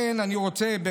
אני רוצה,